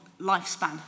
lifespan